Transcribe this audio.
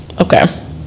Okay